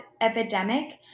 epidemic